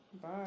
Bye